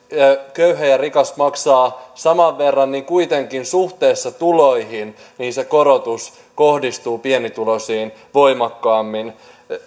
köyhä ja rikas maksavat saman verran niin kuitenkin suhteessa tuloihin se korotus kohdistuu pienituloisiin voimakkaammin